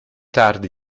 tardi